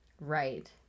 right